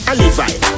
Alive